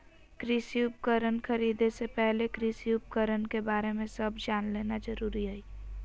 कृषि उपकरण खरीदे से पहले कृषि उपकरण के बारे में सब जान लेना जरूरी हई